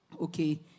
Okay